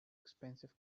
expensive